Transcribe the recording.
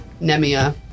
Nemia